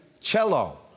cello